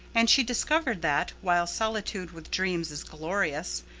and she discovered that, while solitude with dreams is glorious,